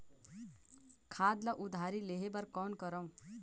खाद ल उधारी लेहे बर कौन करव?